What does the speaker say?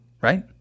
Right